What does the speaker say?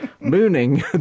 mooning